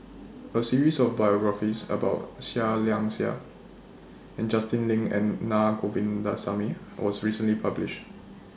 A series of biographies about Seah Liang Seah and Justin Lean and Naa Govindasamy was recently published